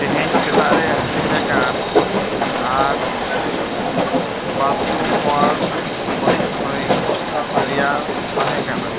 ᱛᱮᱦᱮᱧ ᱥᱮᱛᱟᱜ ᱨᱮ ᱦᱟᱹᱴᱤᱧ ᱟᱠᱟᱱ ᱟᱨ ᱵᱟᱛᱷᱨᱩᱢᱚᱣᱟᱨ ᱵᱟᱹᱲᱤᱡ ᱢᱟᱹᱱ ᱨᱮᱱᱟᱜ ᱛᱟᱦᱮᱸ ᱠᱟᱱᱟ